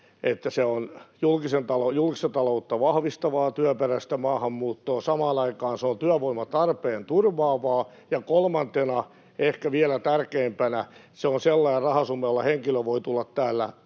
että se on julkista taloutta vahvistavaa työperäistä maahanmuuttoa. Samaan aikaan se on työvoimatarpeen turvaavaa. Ja kolmantena, ehkä vielä tärkeämpänä, se on sellainen rahasumma, jolla henkilö voi tulla täällä